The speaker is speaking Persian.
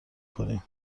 کنیم